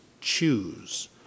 choose